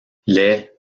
les